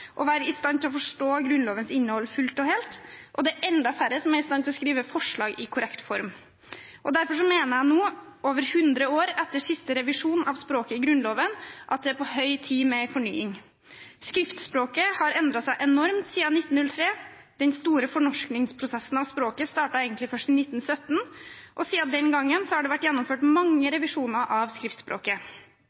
være i stand til å forstå Grunnlovens innhold fullt og helt, og det er enda færre som er i stand til å skrive forslag i korrekt form. Derfor mener jeg nå – over hundre år etter siste revisjon av språket i Grunnloven – at det er på høy tid med en fornying. Skriftspråket har endret seg enormt siden 1903. Den store fornorskingsprosessen av språket startet egentlig først i 1917, og siden den gangen har det vært gjennomført mange revisjoner av skriftspråket.